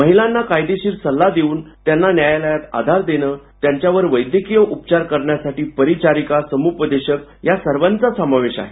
महिलांना कायदेशीर सल्ला देऊन त्यांना न्यायालयात आधार देणं त्यांच्यावर वैद्यकीय उपचार करण्यासाठी परिचारिका समूपदेशक या सर्वांचा समावेश आहे